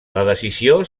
decisió